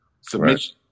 submission